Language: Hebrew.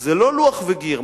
זה לא לוח וגיר.